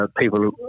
people